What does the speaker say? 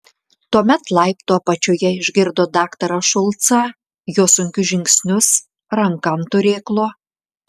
tuomet laiptų apačioje išgirdo daktarą šulcą jo sunkius žingsnius ranką ant turėklo